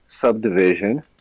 subdivision